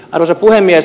arvoisa puhemies